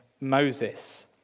Moses